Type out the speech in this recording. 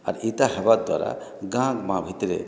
ଆର୍ ଇଟା ହେବା ଦ୍ଵାରା ଗାଁ ମାଁ ଭିତରେ